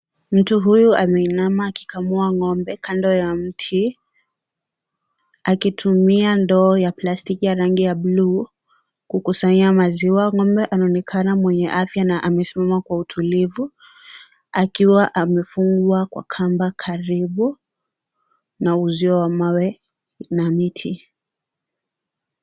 Mtu huyu ameinama akikamua ng'ombe kando ya mti. Akitumia ndoo ya plastiki ya rangi ya blue kukusanya maziwa. Ng'ombe anaonekana mwenye afya na amesimama kwa utulivu. Akiwa amefungua kwa kamba karibu na uzio wa mawe na miti.